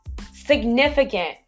significant